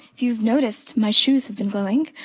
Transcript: if you've noticed, my shoes have been glowing.